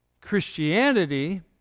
Christianity